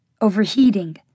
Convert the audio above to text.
overheating